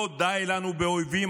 לא די לנו באויבים,